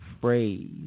phrase